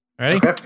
Ready